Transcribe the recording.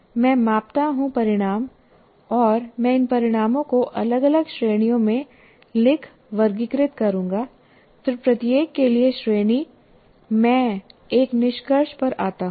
मैं मापता हूँ परिणाम और मैं इन परिणामों को अलग अलग श्रेणियों में लिखवर्गीकृत करूंगा फिर प्रत्येक के लिए श्रेणी मैं एक निष्कर्ष पर आता हूं